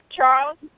Charles